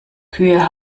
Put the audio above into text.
kühe